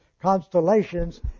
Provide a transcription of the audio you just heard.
constellations